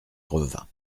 revint